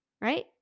right